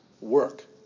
work